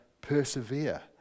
persevere